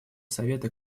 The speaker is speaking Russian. совета